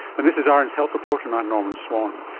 and this is ah rn's health report and i'm norman swan.